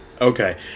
okay